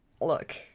look